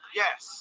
yes